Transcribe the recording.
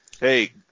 hey